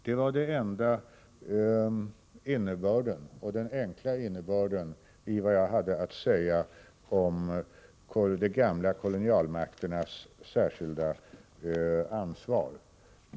Detta var den enda och enkla innebörden i det jag hade att säga om de gamla kolonialmakternas särskilda ansvar.